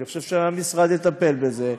אני חושב שהמשרד יטפל בזה.